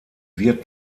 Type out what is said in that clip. wird